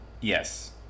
Yes